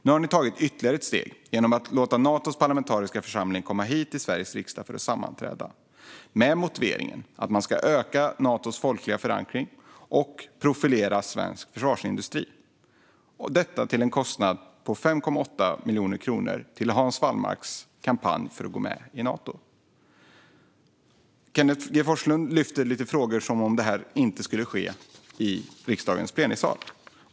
Nu har ni tagit ytterligare ett steg genom att låta Natos parlamentariska församling komma hit till Sveriges riksdag för att sammanträda, med motiveringen att man ska öka Natos folkliga förankring och profilera svensk försvarsindustri - detta till en kostnad av 5,8 miljoner kronor till Hans Wallmarks kampanj för att gå med i Nato. Kenneth G Forslund lyfte lite frågor som om detta inte skulle ske i riksdagens plenisal.